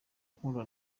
akunda